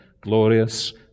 glorious